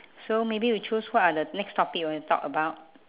so maybe you choose what are the next topic you want to talk about